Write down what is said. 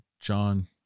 John